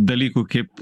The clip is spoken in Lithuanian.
dalykui kaip